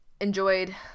enjoyed